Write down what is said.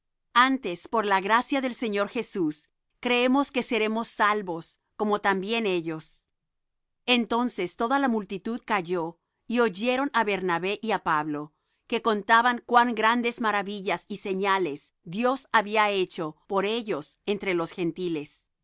antes por la gracia del señor jesús creemos que seremos salvos como también ellos entonces toda la multitud calló y oyeron á bernabé y á pablo que contaban cuán grandes maravillas y señales dios había hecho por ellos entre los gentiles